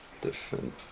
different